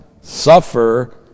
Suffer